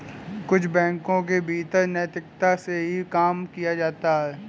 कुछ बैंकों के भीतर नैतिकता से ही काम किया जाता है